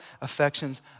affections